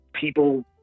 people